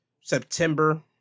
September